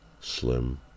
slim